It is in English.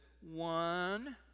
one